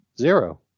Zero